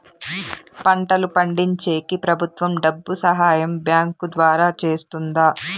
పంటలు పండించేకి ప్రభుత్వం డబ్బు సహాయం బ్యాంకు ద్వారా చేస్తుందా?